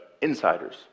insiders